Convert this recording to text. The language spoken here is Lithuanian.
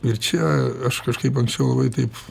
ir čia aš kažkaip anksčiau taip